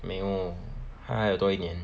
没有他还有多一年